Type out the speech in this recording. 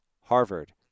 Harvard